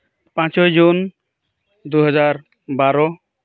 ᱯᱟᱸᱪᱮᱭ ᱡᱩᱱ ᱫᱩᱦᱟᱡᱟᱨ ᱵᱟᱨᱚ